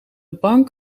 bank